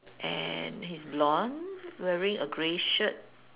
and he's blonde wearing a grey shirt